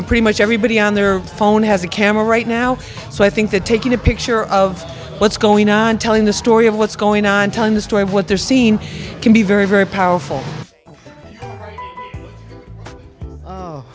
know pretty much everybody on the phone has a camera right now so i think that taking a picture of what's going on telling the story of what's going on time the story of what they're seeing can be very very powerful